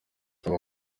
aba